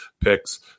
picks